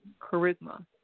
Charisma